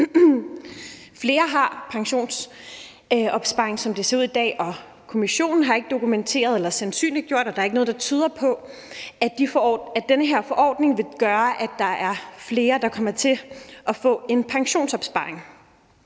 Flere har pensionsopsparing, som det ser ud i dag, og Kommissionen har ikke dokumenteret eller sandsynliggjort – og der er ikke noget, der tyder på – at den her forordning vil gøre, at der er flere, der kommer til at få en pensionsopsparing.